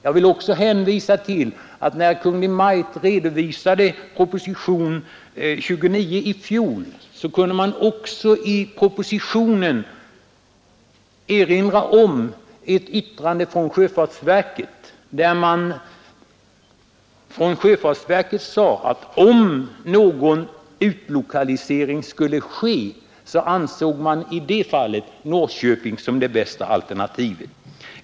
Jag vill också hänvisa till att Kungl. Maj:ts proposition 29 i fjol innehöll ett yttrande från sjöfartsverket, att om någon utlokalisering skulle verkställas, skulle Norrköping vara det bästa alternativet.